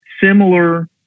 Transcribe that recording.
similar